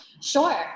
Sure